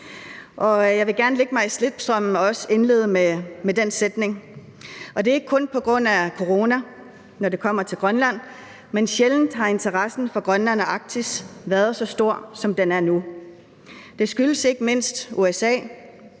jeg vil gerne lægge mig i slipstrømmen og også indlede med den sætning, og det er ikke kun på grund af corona, når det kommer til Grønland. Men sjældent har interessen for Grønland og Arktis været så stor, som den er nu. Det skyldes ikke mindst USA.